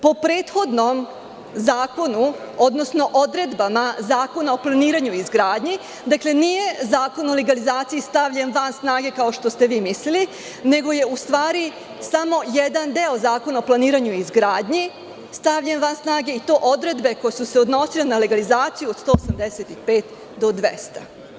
Po prethodnom zakonu, odnosno odredbama Zakona o planiranju i izgradnji, dakle, nije Zakon o legalizaciji stavljen van snage, kao što ste vi mislili, nego je, u stvari, samo jedan deo Zakona o planiranju i izgradnji stavljen van snage i to odredbe koje su se odnosile na legalizaciju, od 185 do 200.